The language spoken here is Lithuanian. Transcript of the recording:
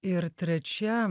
ir trečia